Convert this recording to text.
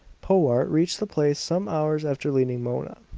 powart reached the place some hours after leaving mona.